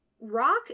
rock